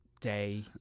day